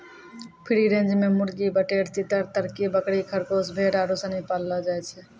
free range मे मुर्गी, बटेर, तीतर, तरकी, बकरी, खरगोस, भेड़ आरु सनी पाललो जाय छै